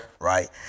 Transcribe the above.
right